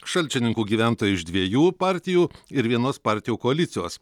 šalčininkų gyventojai iš dviejų partijų ir vienos partijų koalicijos